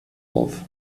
auf